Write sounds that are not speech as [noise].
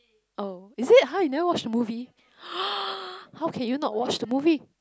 oh is it !huh! you never watch the movie [noise] how can you not watch the movie